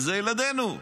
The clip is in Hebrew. אלה ילדינו,